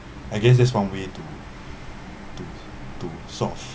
I guess that's one way to to to solve